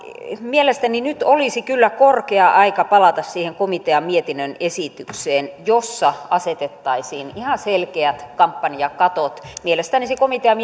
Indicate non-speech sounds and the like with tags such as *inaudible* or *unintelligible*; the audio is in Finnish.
mielestäni nyt olisi kyllä korkea aika palata siihen komitean mietinnön esitykseen jossa asetettaisiin ihan selkeät kampanjakatot mielestäni se komitean *unintelligible*